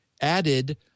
added